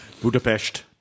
Budapest